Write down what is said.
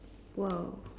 !wow!